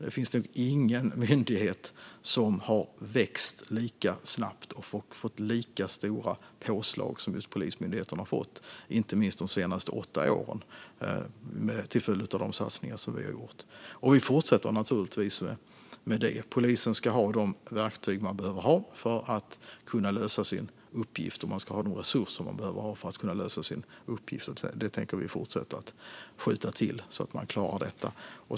Det finns ingen myndighet som har vuxit lika snabbt och fått lika stora påslag som Polismyndigheten, särskilt de senaste åtta åren, till följd av de satsningar som vi har gjort. Och vi fortsätter naturligtvis med detta. Polisen ska ha de verktyg man behöver för att lösa sin uppgift. Man ska ha de resurser man behöver för att lösa sin uppgift. Vi tänker fortsätta att skjuta till så att man klarar detta.